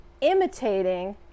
imitating